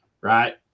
right